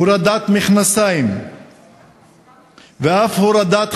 הורדת מכנסיים ואף הורדת חזייה.